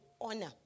honor